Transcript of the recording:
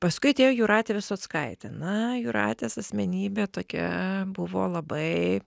paskui atėjo jūratė visockaitė na jūratės asmenybė tokia buvo labai